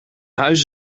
huis